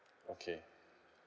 okay